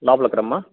లోపలకి రా అమ్మ